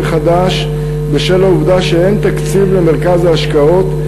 חדשים בשל העובדה שאין תקציב למרכז ההשקעות,